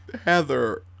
Heather